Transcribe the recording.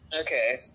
Okay